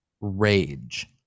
rage